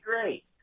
great